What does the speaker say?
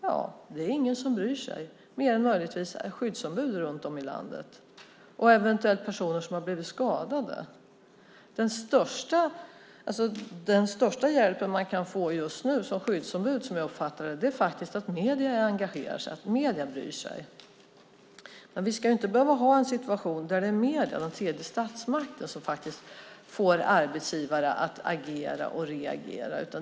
Ja, det är ingen som bryr sig mer än möjligtvis skyddsombud runt om i landet och eventuellt personer som har blivit skadade. Den största hjälpen man just nu kan få som skyddsombud är, uppfattar jag, att medierna engagerar sig, att medierna bryr sig. Men vi ska inte behöva ha situationen att det är medierna, tredje statsmakten, som får arbetsgivare att agera och reagera.